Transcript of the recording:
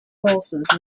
forces